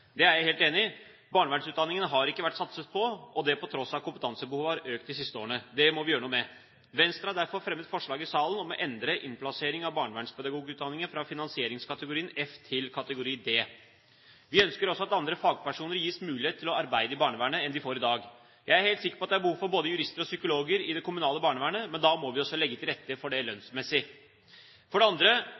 Det er jeg helt enig i. Barnevernsutdanningen har det ikke vært satset på, og det til tross for at kompetansebehovet har økt de siste årene. Det må vi gjøre noe med. Venstre har derfor fremmet forslag i salen om å endre innplassering av barnevernspedagogutdanningen fra finansieringskategori F til kategori D. Vi ønsker også at andre fagpersoner enn i dag gis mulighet til å arbeide i barnevernet. Jeg er helt sikker på at det er behov for både jurister og psykologer i det kommunale barnevernet, men da må vi også legge til rette for det lønnsmessig. For det andre: